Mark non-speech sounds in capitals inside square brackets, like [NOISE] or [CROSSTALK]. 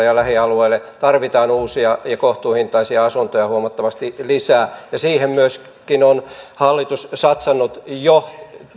[UNINTELLIGIBLE] ja lähialueille tarvitaan uusia ja kohtuuhintaisia asuntoja huomattavasti lisää ja siihen myöskin on hallitus satsannut jo